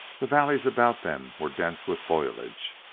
the valleys about them were dense with foliage,